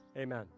amen